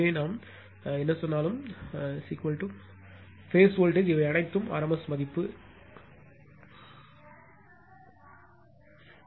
எனவே நாம் என்ன சொன்னாலும் பேஸ் வோல்டேஜ் இவை அனைத்தும் rms மதிப்பு எல்லாம் rms மதிப்பு